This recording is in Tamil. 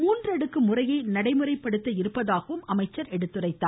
மூன்றடுக்கு முறையை நடைமுறைப்படுத்த இருப்பதாகவும் அவர் எடுத்துரைத்தார்